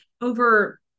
over